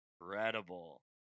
incredible